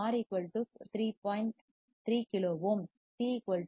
3 kilo ohm 0